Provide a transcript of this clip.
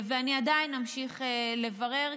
ואני עדיין אמשיך לברר,